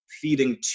feeding